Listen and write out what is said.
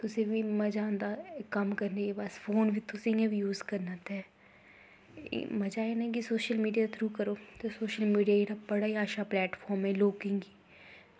तुसें गी बी मज़ा आंदा कम्म करने गी बस फोन बी तुसें इ'यां यूज़ करना ते एह् मज़ा ऐ ना कि सोशल मीडिया दे थ्रू करो ते सोशल मीडिया जेह्ड़ा बड़ा ई अच्छा प्लेटफार्म ऐ लोकें गी